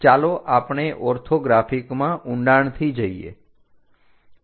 ચાલો આપણે ઓર્થોગ્રાફિકમાં ઊંડાણથી જોઈએ